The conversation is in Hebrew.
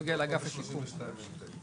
היערכות לטיפול מרחוק